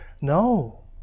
No